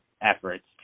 efforts